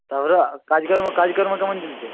তারপরে কাজকর্ম কাজকর্ম কেমন চলছে